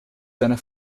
seiner